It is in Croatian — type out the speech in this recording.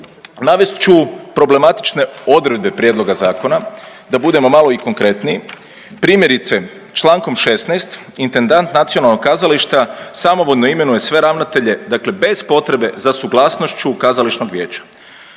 Navest ću problematične odredbe prijedloga zakona da budemo malo i konkretniji. Primjerice, čl. 16. intendant nacionalnog kazališta samovoljno imenuje sve ravnatelje, dakle bez potrebe za suglasnošću kazališnog vijeća.